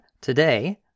today